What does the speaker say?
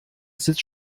sitzt